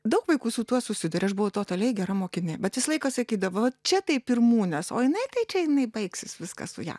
daug vaikų su tuo susiduria aš buvau totaliai gera mokinė bet visą laiką sakydavo vat čia tai pirmūnės o jinai tai čia jinai baigsis viskas su ja